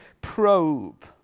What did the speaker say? probe